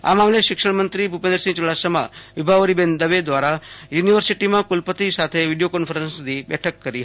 આ મામલે શિક્ષણમંત્રી ભૂપેન્દ્રસિંહ ચુડાસમા વિભાવરીબેન દવે દ્વારા યુનિવર્સિટીમાં કુલપતિ સાથે વિડીયો કોન્ફરન્સથી બેઠક કરી હતી